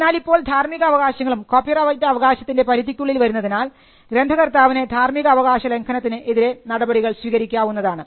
എന്നാൽ ഇപ്പോൾ ധാർമിക അവകാശങ്ങളും കോപ്പിറൈറ്റ് അവകാശത്തിൻറെ പരിധിക്കുള്ളിൽ വരുന്നതിനാൽ ഗ്രന്ഥകർത്താവിന് ധാർമിക അവകാശം ലംഘനത്തിന് എതിരെ നടപടികൾ സ്വീകരിക്കാവുന്നതാണ്